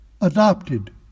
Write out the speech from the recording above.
adopted